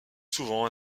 souvent